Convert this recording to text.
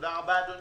תודה רבה, אדוני,